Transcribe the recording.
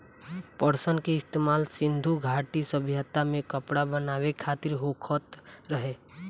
पटसन के इस्तेमाल सिंधु घाटी सभ्यता में कपड़ा बनावे खातिर होखत रहे